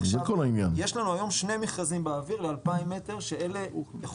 יש לנו היום 2 מכרזים באוויר ל-2000 מטר שאלה יכול